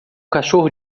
cachorro